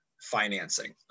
financing